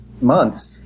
months